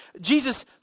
Jesus